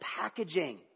packaging